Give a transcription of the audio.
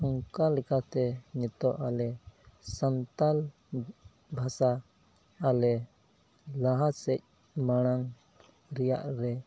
ᱱᱚᱝᱠᱟ ᱞᱮᱠᱟᱛᱮ ᱱᱤᱛᱚᱜ ᱟᱞᱮ ᱥᱟᱱᱛᱟᱲ ᱵᱷᱟᱥᱟ ᱟᱞᱮ ᱞᱟᱦᱟ ᱥᱮᱫ ᱢᱟᱲᱟᱝ ᱨᱮᱭᱟᱜ ᱨᱮ